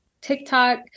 TikTok